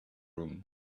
room